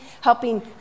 helping